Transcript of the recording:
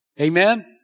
Amen